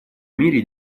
мире